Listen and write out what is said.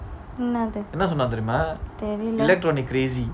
என்னது தெரில:ennathu terila